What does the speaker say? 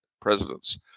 presidents